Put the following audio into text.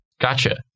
Gotcha